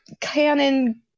canon